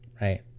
Right